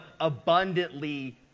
abundantly